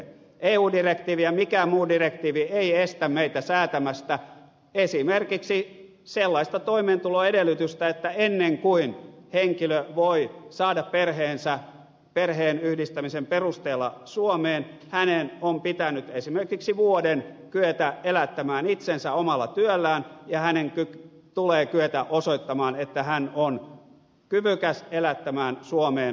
ei eu direktiivi eikä mikään muu direktiivi estä meitä säätämästä esimerkiksi sellaista toimeentuloedellytystä että ennen kuin henkilö voi saada perheensä perheenyhdistämisen perusteella suomeen hänen on pitänyt esimerkiksi vuoden kyetä elättämään itsensä omalla työllään ja hänen tulee kyetä osoittamaan että hän on kyvykäs elättämään suomeen muuttavan perheensä